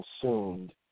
consumed